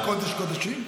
הוא קודש קודשים?